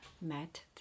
met